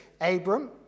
Abram